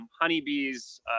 honeybees